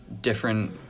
different